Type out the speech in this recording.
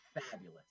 fabulous